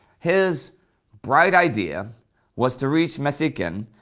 his bright idea was to reach meseken,